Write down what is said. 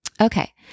Okay